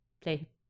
play